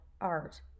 art